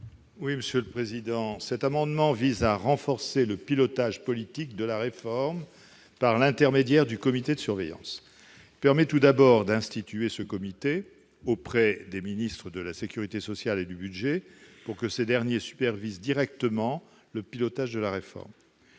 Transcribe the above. rapporteur général. Cet amendement vise à renforcer le pilotage politique de la réforme par l'intermédiaire du comité de surveillance. Il permet, tout d'abord, d'instituer ce comité auprès des ministres en charge de la sécurité sociale et du budget pour qu'ils supervisent directement le pilotage de la réforme.